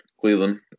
Cleveland